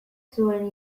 zuen